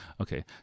okay